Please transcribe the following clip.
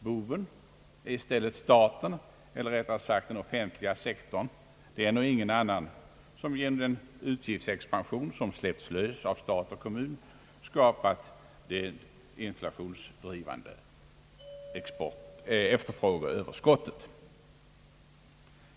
Boven är i stället staten, eller rättare sagt den offentliga sektorn — den och ingen annan — som genom den utgiftsexpansion som släppts lös av stat och kommun skapat det inflationsdrivande efterfrågeöverskottet.